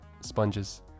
sponges